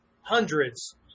hundreds